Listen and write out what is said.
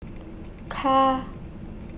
Ka